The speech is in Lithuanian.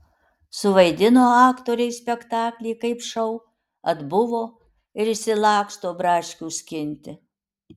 suvaidino aktoriai spektaklį kaip šou atbuvo ir išsilaksto braškių skinti